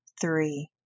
three